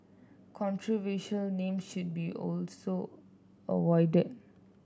controversial names should be also avoided